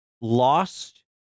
lost